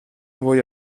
voi